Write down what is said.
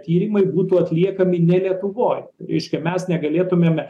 tyrimai būtų atliekami ne lietuvoj reiškia mes negalėtumėme